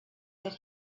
that